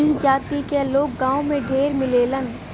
ई जाति क लोग गांव में ढेर मिलेलन